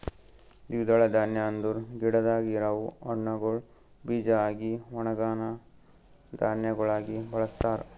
ದ್ವಿದಳ ಧಾನ್ಯ ಅಂದುರ್ ಗಿಡದಾಗ್ ಇರವು ಹಣ್ಣುಗೊಳ್ ಬೀಜ ಆಗಿ ಒಣುಗನಾ ಧಾನ್ಯಗೊಳಾಗಿ ಬಳಸ್ತಾರ್